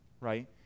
right